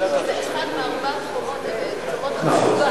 אחת מארבע חומות העיר, נכון.